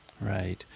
Right